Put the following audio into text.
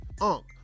Unc